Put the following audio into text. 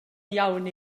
iawn